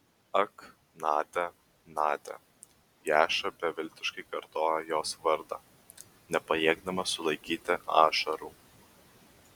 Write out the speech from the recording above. ak nadia nadia jaša beviltiškai kartojo jos vardą nepajėgdamas sulaikyti ašarų